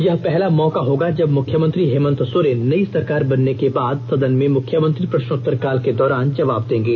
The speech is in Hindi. यह पहला मौका होगा जब मुख्यमंत्री हेमंत सोरेन नई सरकार बनने के बाद सदन में मुख्यमंत्री प्रष्नोत्तर काल के दौरान जवाब देंगे